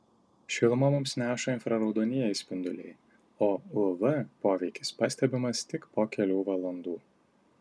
šilumą mums neša infraraudonieji spinduliai o uv poveikis pastebimas tik po kelių valandų